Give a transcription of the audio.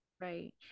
right